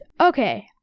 Okay